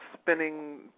spinning